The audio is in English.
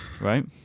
right